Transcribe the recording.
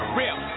real